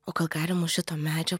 o gal galim už šito medžio